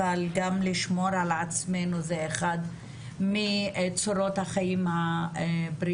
אבל גם לשמור על עצמנו זה אחד מצורות החיים הבריאים.